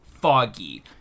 foggy